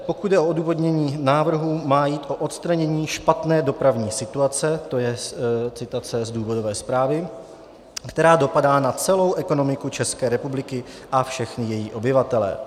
Pokud jde o odůvodnění návrhu, má jít o odstranění špatné dopravní situace to je citace z důvodové zprávy , která dopadá na celou ekonomiku České republiky a všechny její obyvatele.